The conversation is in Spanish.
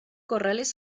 corrales